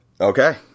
Okay